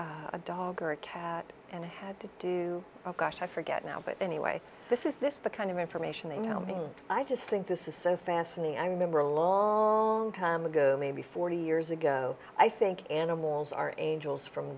about dog or a cat and i had to do oh gosh i forget now but anyway this is this the kind of information and helping i just think this is so fascinating i remember a long time ago maybe forty years ago i think animals are angels from